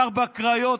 גר בקריות.